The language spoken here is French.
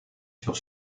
sur